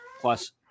Plus